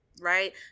right